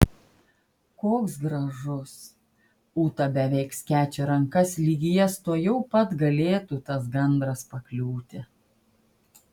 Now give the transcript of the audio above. koks gražus ūta beveik skečia rankas lyg į jas tuojau pat galėtų tas gandras pakliūti